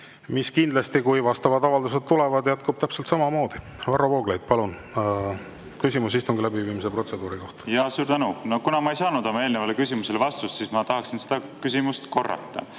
mis kindlasti, kui vastavad avaldused tulevad, jätkub täpselt samamoodi. Varro Vooglaid, palun küsimus istungi läbiviimise protseduuri kohta! Suur tänu! Kuna ma ei saanud oma eelnevale küsimusele vastust, siis ma tahan seda küsimust korrata.